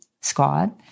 squad